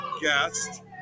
guest